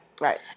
Right